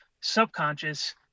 subconscious